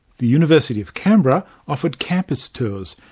the university of canberra offered campus tours